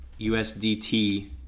USDT